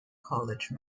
college